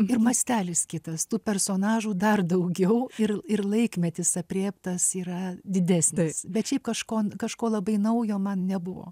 ir mastelis kitas tų personažų dar daugiau ir ir laikmetis aprėptas yra didesnis bet šiaip kažko kažko labai naujo man nebuvo